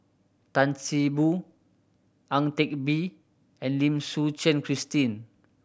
Tan See Boo Ang Teck Bee and Lim Suchen Christine